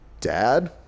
dad